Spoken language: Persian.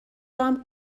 دارم